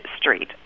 Street